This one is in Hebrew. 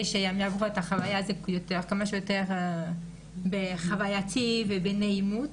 שכמה שיותר זה יהיה בחווייתי ובנעימות.